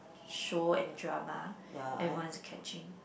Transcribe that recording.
show and drama everyone's catching